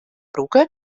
brûke